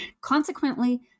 Consequently